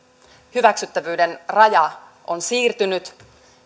hyväksyttävyyden raja on siirtynyt